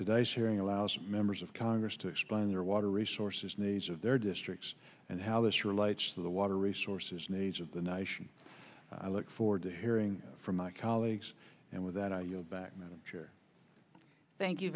today's hearing allows members of congress to explain their water resources needs of their districts and how this relates to the water resources needs of the nation i look forward to hearing from my colleagues and with that i yield back madam chair thank you